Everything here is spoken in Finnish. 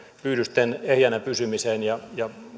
pyydysten ehjänä pysymiseen ja